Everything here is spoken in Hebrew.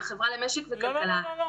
עם החברה למשק וכלכלה.